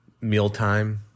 Mealtime